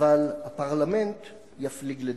אבל הפרלמנט יפליג לדרכו.